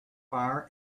fire